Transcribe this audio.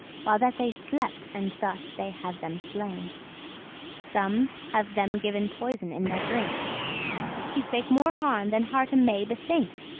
while that they slept, and thus they have them slain some have them given poison in their drink he spake more harm than hearte may bethink.